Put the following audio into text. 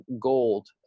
gold